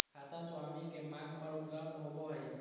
खाता स्वामी के मांग पर उपलब्ध होबो हइ